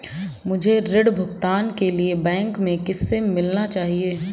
मुझे ऋण भुगतान के लिए बैंक में किससे मिलना चाहिए?